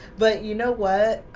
but you know what?